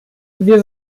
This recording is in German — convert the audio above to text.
wir